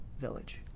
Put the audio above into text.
village